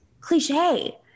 cliche